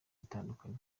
itandukanye